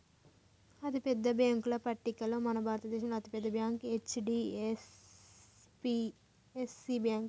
అతిపెద్ద బ్యేంకుల పట్టికలో మన భారతదేశంలో అతి పెద్ద బ్యాంక్ హెచ్.డి.ఎఫ్.సి బ్యేంకు